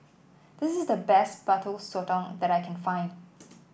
this is the best Butter Sotong that I can find